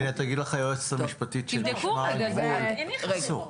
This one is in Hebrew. תגיד לך היועצת המשפטית של משמר הגבול אסור.